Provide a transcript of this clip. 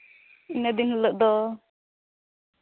ᱤᱱᱟᱹ ᱫᱤᱱ ᱦᱤᱞᱳᱜ ᱫᱚ